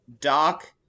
Doc